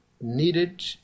needed